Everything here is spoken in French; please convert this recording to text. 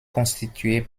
constituée